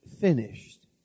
finished